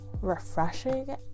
refreshing